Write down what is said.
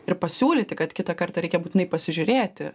ir pasiūlyti kad kitą kartą reikia būtinai pasižiūrėti